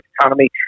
economy